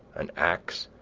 an axe,